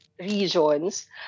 regions